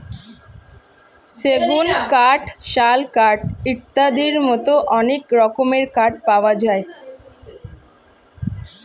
সেগুন কাঠ, শাল কাঠ ইত্যাদির মতো অনেক রকমের কাঠ পাওয়া যায়